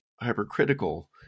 hypercritical